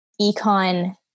econ